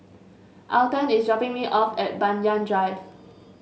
Alton is dropping me off at Banyan Drive